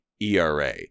ERA